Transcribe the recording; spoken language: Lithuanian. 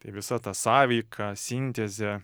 tai visa ta sąveika sintezė